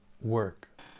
work